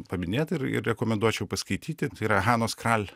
paminėt ir ir rekomenduočiau paskaityti tai yra hanos kal